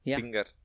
Singer